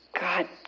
God